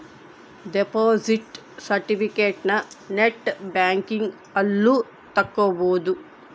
deposit ಸೆರ್ಟಿಫಿಕೇಟನ net banking ಅಲ್ಲು ತಕ್ಕೊಬೊದು